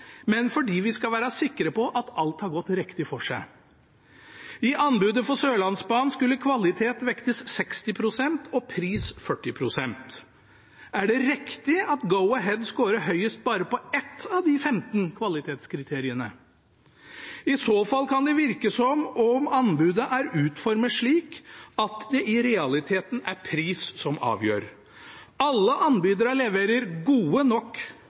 men fordi vi skal være sikre på at alt har gått riktig for seg. I anbudet for Sørlandsbanen skulle kvalitet vektes 60 pst. og pris 40 pst. Er det riktig at Go-Ahead scorer høyest på bare 1 av de 15 kvalitetskriteriene? I så fall kan det virke som om anbudet er utformet slik at det i realiteten er pris som avgjør. Alle anbyderne leverer godt nok